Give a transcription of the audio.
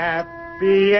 Happy